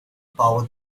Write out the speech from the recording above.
power